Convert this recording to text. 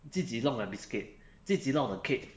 自己弄的 biscuit 自己弄的 cake